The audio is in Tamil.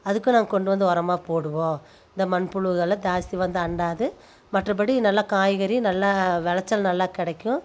அதுக்கும் நாங்கள் கொண்டு வந்து உரமா போடுவோம் இந்த மண்புழுகலாம் தாஸ்தி வந்து அண்டாது மற்றபடி நல்லா காய்கறி நல்லா விளச்சல் நல்லா கிடைக்கும்